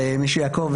ומי שיעקוב,